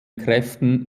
kräften